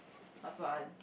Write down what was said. last one